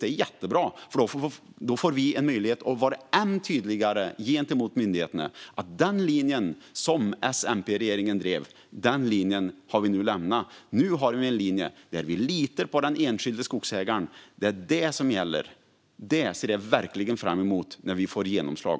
Det är jättebra att regeringen får möjlighet att vara än tydligare gentemot myndigheterna med att vi har lämnat den linje som SMPregeringen drev. Nu har vi en linje där vi litar på den enskilde skogsägaren. Det är det som gäller. Jag ser fram emot att det får genomslag.